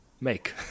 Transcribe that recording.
make